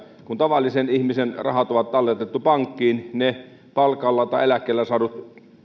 kun tavallisen ihmisen rahat on talletettu pankkiin ne palkalla tai eläkkeellä saadut